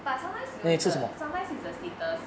but sometimes 你的 sometimes it's the status